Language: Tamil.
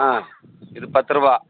ஆ இது பத்துரூபா